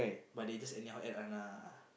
but they just anyhow add one ah